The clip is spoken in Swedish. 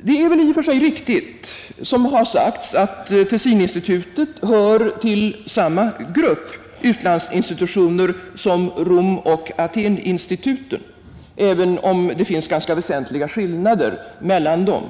Det är väl i och för sig riktigt som det har sagts att Tessininstitutet hör till samma grupp utlandsinstitutioner som Romoch Atheninstituten, även om det finns ganska väsentliga skillnader mellan dem.